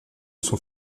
sont